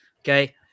Okay